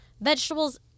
Vegetables